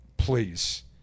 Please